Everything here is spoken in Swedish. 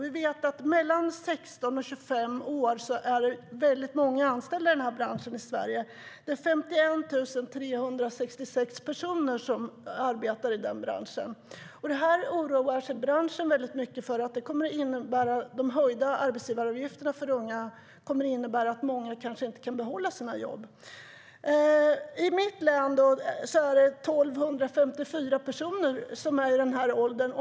Vi vet att många anställda i branschen i Sverige är mellan 16 och 25 år gamla. Det är 51 366 personer som arbetar i den branschen. Branschen oroar sig för de höjda arbetsgivaravgifterna för unga. Det kommer att innebära att många kanske inte kan behålla sina jobb.I mitt län är 1 254 personer i den åldern.